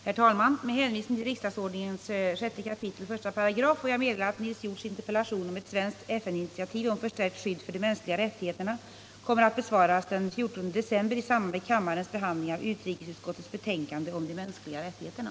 Herr talman! Med hänvisning till riksdagsordningens 6 kap. 18 får jag meddela att Nils Hjorths interpellation om ett svenskt FN-initiativ om förstärkt skydd för de mänskliga rättigheterna kommer att besvaras den 14 december i samband med kammarens behandling av utrikesutskottets betänkande om de mänskliga rättigheterna.